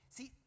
See